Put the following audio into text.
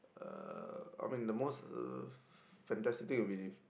uh I mean the most uh fantastic thing will be